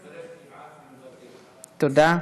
תודה,